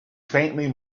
faintly